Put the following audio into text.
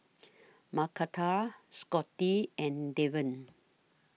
Macarthur Scotty and Deven